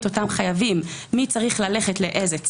את אותם חייבים מי צריך ללכת לאיזה צד,